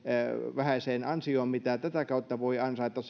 vähäiseen ansioon minkä tätä kautta voi ansaita